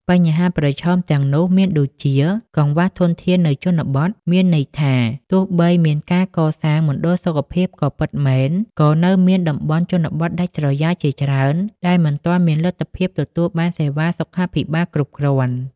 បញ្ហាប្រឈមទាំងនោះមានដូចជា កង្វះធនធាននៅជនបទ មានន័យថាទោះបីមានការកសាងមណ្ឌលសុខភាពក៏ពិតមែន ក៏នៅមានតំបន់ជនបទដាច់ស្រយាលជាច្រើនដែលមិនទាន់មានលទ្ធភាពទទួលបានសេវាសុខាភិបាលគ្រប់គ្រាន់។